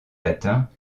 latins